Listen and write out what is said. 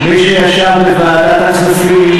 מי שישב בוועדת הכספים.